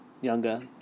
Younger